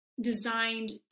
designed